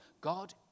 God